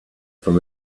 from